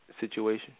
situation